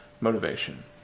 motivation